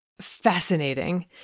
Fascinating